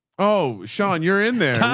oh sean. you're in there.